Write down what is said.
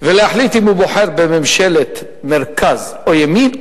ולהחליט אם הוא בוחר בממשלת מרכז או ימין,